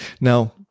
Now